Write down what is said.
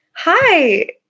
Hi